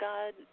God